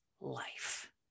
life